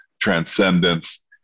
Transcendence